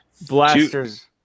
blasters